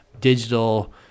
digital